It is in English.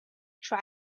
try